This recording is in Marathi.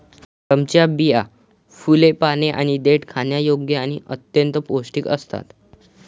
ड्रमच्या बिया, फुले, पाने आणि देठ खाण्यायोग्य आणि अत्यंत पौष्टिक असतात